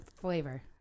flavor